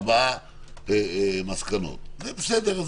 ארבעה מסקנות בסדר.